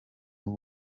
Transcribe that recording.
w’u